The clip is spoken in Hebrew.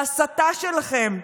בהסתה שלכם,